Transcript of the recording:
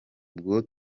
ubwo